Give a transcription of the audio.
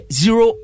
zero